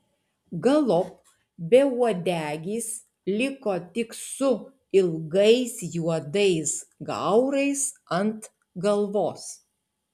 galop beuodegis liko tik su ilgais juodais gaurais ant galvos